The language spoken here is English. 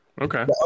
okay